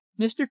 mr